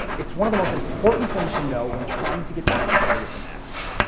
it's one of the most important things to know when trying to get back together with an ex.